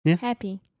happy